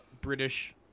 British